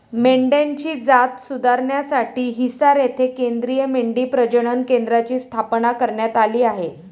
मेंढ्यांची जात सुधारण्यासाठी हिसार येथे केंद्रीय मेंढी प्रजनन केंद्राची स्थापना करण्यात आली आहे